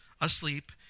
asleep